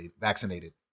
vaccinated